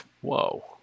Whoa